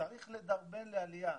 צריך לדרבן לעלייה.